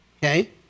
Okay